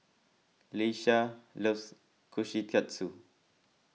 Leshia loves Kushikatsu